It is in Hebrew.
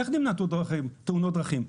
איך נמנע תאונות דרכים?